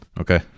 Okay